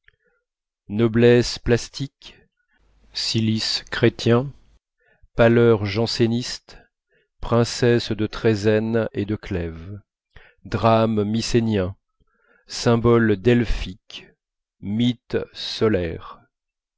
noblesse plastique cilice chrétien pâleur janséniste princesse de trézène et de clèves drame mycénien symbole delphique mythe solaire